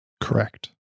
Correct